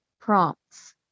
prompts